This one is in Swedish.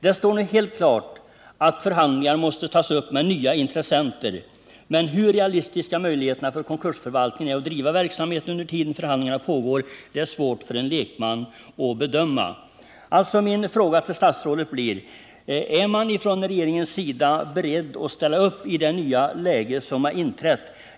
Det står nu helt klart att förhandlingar måste tas upp med nya intressenter, men det är svårt för en lekman att bedöma hur stora möjligheterna är för konkursförvaltningen att driva verksamheten medan förhandlingarna pågår. Min fråga till statsrådet blir alltså: Är regeringen beredd att ställa upp i det nya läge som har inträtt?